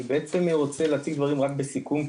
אני בעצם רוצה להציג דברים רק בסיכום,